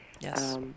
Yes